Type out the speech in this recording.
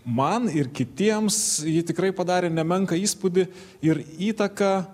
man ir kitiems ji tikrai padarė nemenką įspūdį ir įtaką